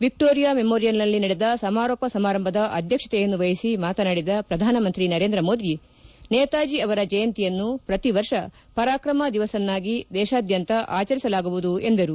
Victoria ಮೆಮೋರಿಯಲ್ನಲ್ಲಿ ನಡೆದ ಸಮಾರೋಪ ಸಮಾರಂಭದ ಅಧ್ಯಕ್ಷತೆಯನ್ನು ವಹಿಸಿ ಮಾತನಾಡಿದ ಪ್ರಧಾನಮಂತ್ರಿ ನರೇಂದ್ರಮೋದಿ ನೇತಾಜಿ ಅವರ ಜಯಂತಿಯನ್ನು ಪ್ರತಿವರ್ಷ ಪರಾಕ್ರಮ ದಿವಸ್ವನ್ನಾಗಿ ದೇಶಾದ್ಯಂತ ಆಚರಿಸಲಾಗುವುದು ಎಂದರು